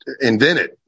invented